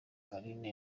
carine